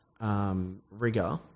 Rigor